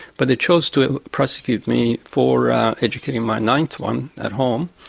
but they chose to prosecute me for educating my ninth one at home,